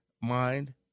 mind